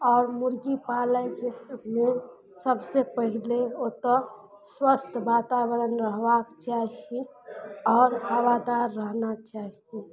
आओर मुर्गी पालयके मे सबसँ पहिले ओतऽ स्वस्थ वातावरण रहबाक चाही आओर हवादार रहना चाही